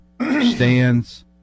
stands